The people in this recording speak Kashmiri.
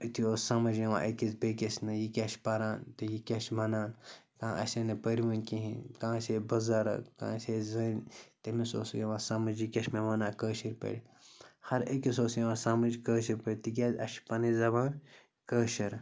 أتی اوس سَمٕج یِوان أکِس بیٚیہِ کِس نہ یہِ کیٛاہ چھِ پَران تہِ یہِ کیٛاہ چھِ وَنان کانٛہہ آسہِ ہے نہٕ پٔرۍوُنۍ کِہیٖنۍ کانٛہہ آسہِ ہے بُزَرٕگ کانٛہہ آسہِ ہے زٔنۍ تٔمِس اوس یِوان سَمٕج یہِ کیٛاہ چھُ مےٚ وَنان کٲشِرۍ پٲٹھۍ ہَرٕ أکِس اوس یِوان سَمٕج کٲشِر پٲٹھۍ تِکیٛازِ اَسہِ چھِ پَنٕنۍ زَبان کٲشِر